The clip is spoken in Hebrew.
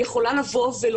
היא יכולה לומר,